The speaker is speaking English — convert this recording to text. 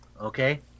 Okay